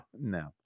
no